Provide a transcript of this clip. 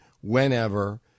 whenever